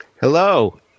Hello